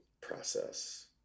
process